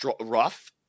rough